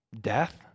Death